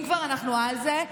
אם כבר אנחנו על זה,